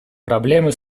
проблемы